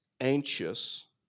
anxious